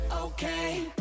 okay